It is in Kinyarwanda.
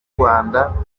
rwanda